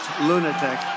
lunatic